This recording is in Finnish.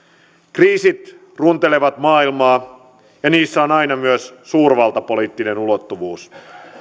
kriisit runtelevat maailmaa ja niissä on aina myös suurvaltapoliittinen ulottuvuus